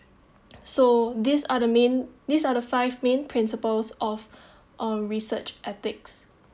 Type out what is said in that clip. so these are the main these are the five main principles of our research ethics